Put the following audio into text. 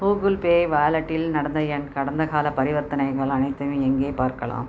Google Pay வாலெட்டில் நடந்த என் கடந்தகாலப் பரிவர்த்தனைகள் அனைத்தையும் எங்கே பார்க்கலாம்